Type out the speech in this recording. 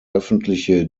öffentliche